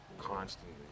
constantly